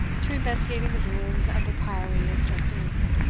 to investigating the ruins of the priory of saint ruth.